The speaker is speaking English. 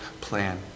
plan